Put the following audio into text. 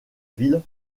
ville